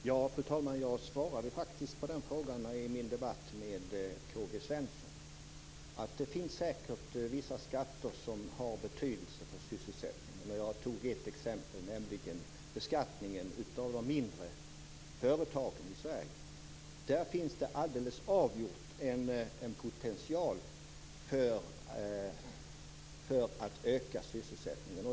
Fru talman! Jag svarade faktiskt på den frågan i min debatt med K-G Svensson. Jag sade att det säkert finns vissa skatter som har betydelse för sysselsättningen. Jag tog ett exempel, nämligen beskattningen av de mindre företagen i Sverige. Där finns det helt avgjort en potential för att öka sysselsättningen.